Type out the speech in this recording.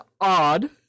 odd